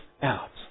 Out